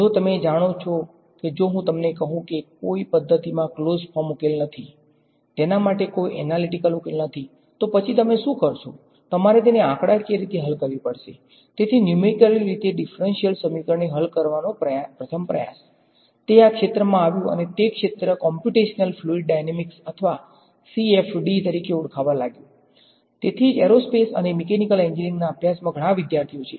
જો તમે જાણો કે જો હું તમને કહું છું કે કોઈ પદ્ધતિમાં ક્લોઝ ફોર્મ તરીકે ઓળખાવા લાગ્યું તેથી જ એરોસ્પેસ અને મિકેનિકલ એન્જિનિયરિંગ ના અભ્યાસમાં ઘણા વિદ્યાર્થીઓ છે